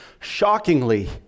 shockingly